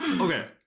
okay